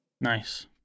Nice